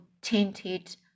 tinted